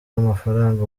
w’amafaranga